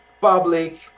public